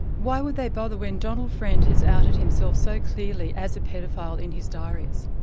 why would they bother when donald friend has outed himself so clearly as a paedophile in his diaries?